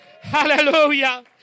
Hallelujah